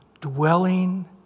dwelling